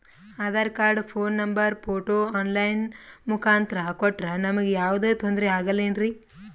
Aadhaar card, phone number, photo online ಮುಖಾಂತ್ರ ಕೊಟ್ರ ನಮಗೆ ಯಾವುದೇ ತೊಂದ್ರೆ ಆಗಲೇನ್ರಿ?